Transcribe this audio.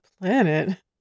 planet